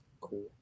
Cool